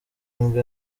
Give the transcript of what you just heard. nibwo